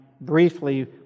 briefly